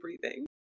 breathing